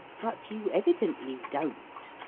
but you evidently don't.